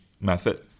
method